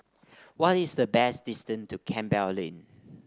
what is the best distance to Campbell Lane